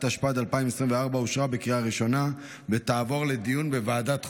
התשפ"ד 2024, לוועדת החוקה,